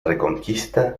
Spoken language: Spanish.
reconquista